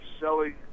selling